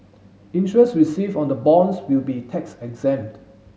interest received on the bonds will be tax exempt